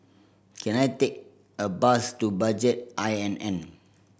can I take a bus to Budget I N N